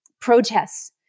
protests